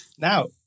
Now